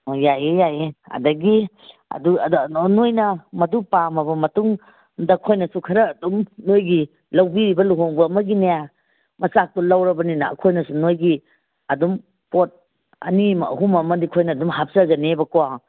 ꯑꯧ ꯌꯥꯏꯌꯦ ꯌꯥꯏꯌꯦ ꯑꯗꯒꯤ ꯑꯗꯨ ꯅꯣꯏꯅ ꯃꯗꯨ ꯄꯥꯝꯃꯕ ꯃꯇꯨꯡꯗ ꯑꯩꯈꯣꯏꯅꯁꯨ ꯈꯔ ꯑꯗꯨꯝ ꯅꯣꯏꯒꯤ ꯂꯧꯕꯤꯔꯤꯕ ꯂꯨꯍꯣꯡꯕ ꯑꯃꯒꯤꯅꯦ ꯃꯆꯥꯛꯇꯣ ꯂꯧꯔꯕꯅꯤꯅ ꯑꯩꯈꯣꯏꯅꯁꯨ ꯅꯣꯏꯒꯤ ꯑꯗꯨꯝ ꯄꯣꯠ ꯑꯅꯤ ꯑꯃ ꯑꯍꯨꯝ ꯑꯃꯗꯤ ꯑꯩꯈꯣꯏꯅ ꯑꯗꯨꯝ ꯍꯥꯞꯆꯒꯦꯅꯦꯕꯀꯣ